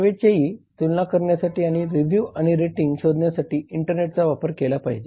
सेवेची तुलना करण्यासाठी आणि रिव्युव्ह आणि रेटिंग शोधण्यासाठी इंटरनेट वापर केला पाहिजे